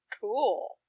Cool